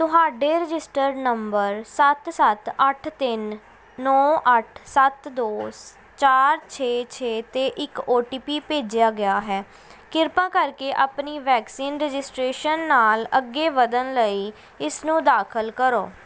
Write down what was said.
ਤੁਹਾਡੇ registered number ਸੱਤ ਸੱਤ ਅੱਠ ਤਿੰਨ ਨੌਂ ਅੱਠ ਸੱਤ ਦੋ ਸ ਚਾਰ ਛੇ ਛੇ 'ਤੇ ਇੱਕ ਓ ਟੀ ਪੀ ਭੇਜਿਆ ਗਿਆ ਹੈ ਕਿਰਪਾ ਕਰਕੇ ਆਪਣੀ ਵੈਕਸੀਨ ਰਜਿਸਟ੍ਰੇਸ਼ਨ ਨਾਲ ਅੱਗੇ ਵਧਣ ਲਈ ਇਸਨੂੰ ਦਾਖਲ ਕਰੋ